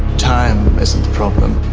time isn't the problem.